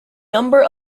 number